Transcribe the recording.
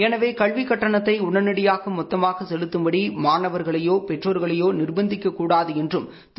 எனவே கல்விக் கட்டனத்தை உடனடியாக மொத்தமாக செலுத்தும்படி மாணவர்களையோ பெற்றோர்களையோ நிர்பந்திக்கக் கூடாது என்றும் திரு